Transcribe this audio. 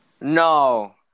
No